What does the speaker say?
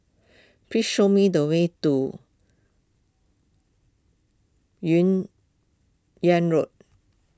please show me the way to Yun Yeang Road